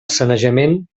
sanejament